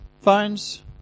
phones